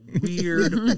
Weird